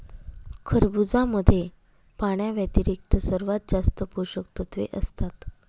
खरबुजामध्ये पाण्याव्यतिरिक्त सर्वात जास्त पोषकतत्वे असतात